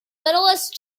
medalist